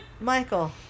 Michael